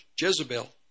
Jezebel